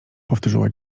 powtórzyła